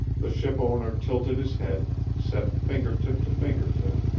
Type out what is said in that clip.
the ship owner tilted his head, set finger tip to finger tip,